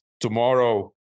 tomorrow